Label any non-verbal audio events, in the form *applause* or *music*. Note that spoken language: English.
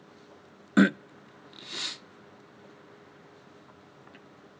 *coughs*